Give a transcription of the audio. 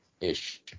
ish